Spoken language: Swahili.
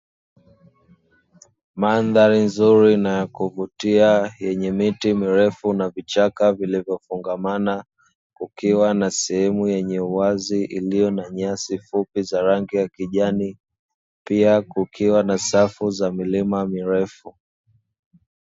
Mandhari nzuri na ya kuvutia yenye miti mirefu na vichaka vilivyofungamana, kukiwa na sehemu yenye uwazi iliyo na nyasi fupi za rangi ya kijani. Pia kukiwa na safu ya milima mirefu.